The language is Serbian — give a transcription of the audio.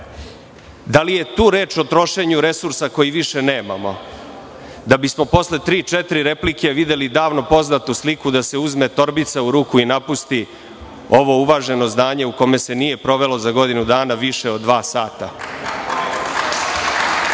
li je tu reč o trošenju resursa koje više nemamo, da bi smo posle tri, četiri replike videli davno poznatu sliku da se uzme torbica u ruku i napusti ovo uvaženo zdanje u kome se nije provelo za godinu dana više od dva sata?